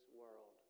world